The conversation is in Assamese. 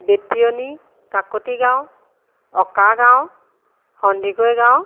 বেটিয়নী কাকতি গাঁও অঁকা গাঁও সন্দিকৈ গাঁও